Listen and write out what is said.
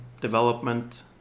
development